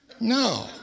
No